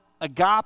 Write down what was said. agape